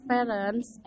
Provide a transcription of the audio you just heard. Parents